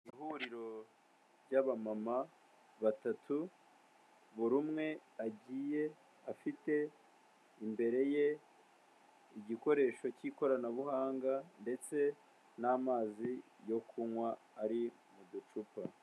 Ihuriro ry'abamama batatu, buri umwe agiye afite imbere ye igikoresho cy'ikoranabuhanga ndetse n'amazi yo kunywa ari mu ducupa.